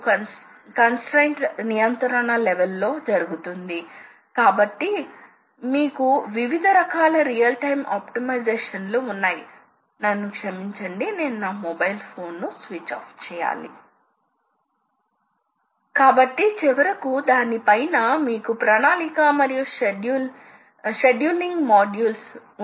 ఈ యంత్రాల లోని పరిమితులు దగ్గర టాలరెన్స్ తో ఉంటాయి ఎందుకంటే మీరు వర్తింపచేసే నియంత్రణ లు చాలా అధునాతనమైనవి మాన్యువల్ ఆపరేటర్ లకు అటువంటి నియంత్రణను వర్తింపజేయడం సాధ్యం కాదు మరియు అందువల్ల టాలరెన్స్లకు చాలా ఎక్కువ సమ్మతిని గ్రహించవచ్చు